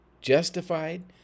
justified